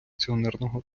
акціонерного